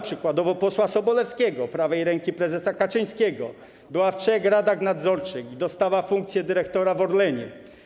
Przykładowo żona posła Sobolewskiego, prawej ręki prezesa Kaczyńskiego, była w trzech radach nadzorczych i dostała funkcję dyrektora w Orlenie.